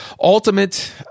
ultimate